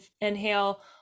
inhale